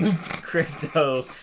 crypto